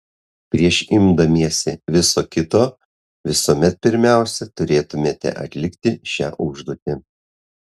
prieš imdamiesi viso kito visuomet pirmiausia turėtumėte atlikti šią užduotį